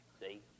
See